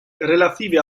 relative